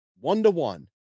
one-to-one